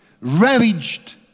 ravaged